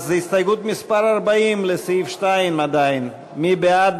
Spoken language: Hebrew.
אז הסתייגות מס' 40, לסעיף 2 עדיין, מי בעד?